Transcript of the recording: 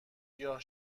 گیاه